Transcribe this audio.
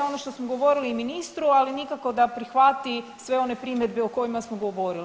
Ono što smo govorili i ministru, ali nikako da prihvati sve one primjedbe o kojima smo govorili.